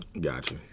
Gotcha